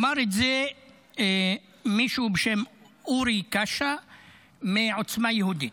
אמר את זה מישהו בשם אורי קאשה מעוצמה יהודית.